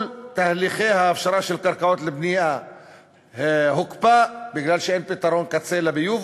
כל תהליכי ההפשרה של קרקעות לבנייה הוקפאו כי אין פתרון קצה לביוב.